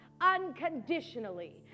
unconditionally